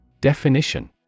Definition